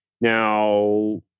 Now